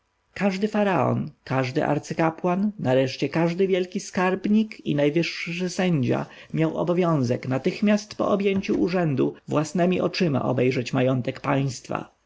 każdy faraon każdy arcykapłan nareszcie każdy wielki skarbnik i najwyższy sędzia miał obowiązek natychmiast po objęciu urzędu własnemi oczyma obejrzeć majątek państwa